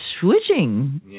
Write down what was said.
switching